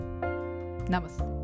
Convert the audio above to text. Namaste